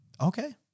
Okay